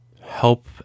Help